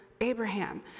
Abraham